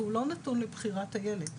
והוא לא נתון לבחירת הילד.